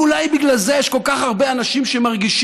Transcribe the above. ואולי בגלל זה יש כל כך הרבה אנשים שמרגישים